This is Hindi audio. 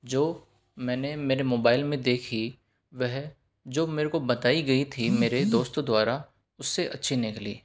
जो मैंने मेरे मोबाइल में देखी वह जो मेरे को बताई गई थी मेरे दोस्तों द्वारा उससे अच्छी निकली